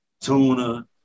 tuna